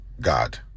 God